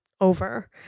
over